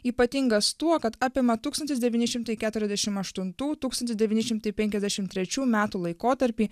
ypatingas tuo kad apima tūkstantis devyni šimtai keturiasdešim aštuntų tūkstantis devyni šimtai penkiasdešim trečių metų laikotarpį